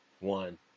one